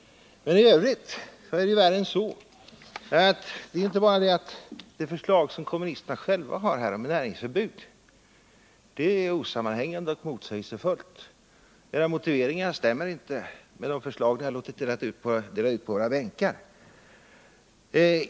Men i övrigt är det värre än så. Det är inte bara det att kommunisternas förslag om ett näringsförbud är osammanhängande och motsägelsefullt. Kommunisternas motiveringar stämmer inte med de förslag som de har låtit dela ut på våra bänkar.